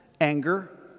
anger